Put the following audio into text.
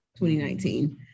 2019